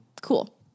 Cool